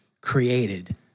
created